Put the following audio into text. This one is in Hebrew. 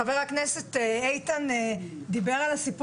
חבר הכנסת איתן גינזבורג דיבר על כך